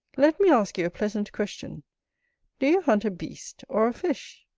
let me ask you a pleasant question do you hunt a beast or a fish?